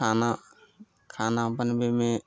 खाना खाना बनबयमे